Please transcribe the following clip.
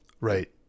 Right